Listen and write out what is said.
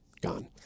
gone